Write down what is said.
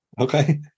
Okay